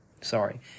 sorry